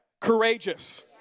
courageous